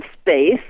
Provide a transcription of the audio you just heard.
space